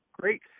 great